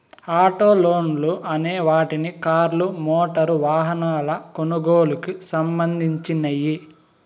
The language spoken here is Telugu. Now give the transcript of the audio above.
ఆటో లోన్లు అనే వాటిని కార్లు, మోటారు వాహనాల కొనుగోలుకి సంధించినియ్యి